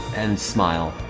and smile